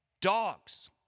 dogs